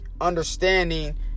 understanding